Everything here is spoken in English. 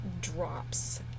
drops